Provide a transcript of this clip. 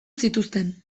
zituzten